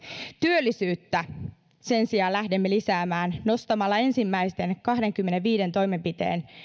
työllisyyttä sen sijaan lähdemme lisäämään nostamalla ensimmäisten kahteenkymmeneenviiteen toimenpiteen